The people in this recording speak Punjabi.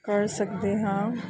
ਕਰ ਸਕਦੇ ਹਾਂ